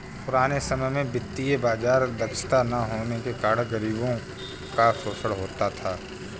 पुराने समय में वित्तीय बाजार दक्षता न होने के कारण गरीबों का शोषण होता था